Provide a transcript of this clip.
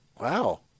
wow